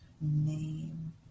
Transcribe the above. name